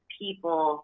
people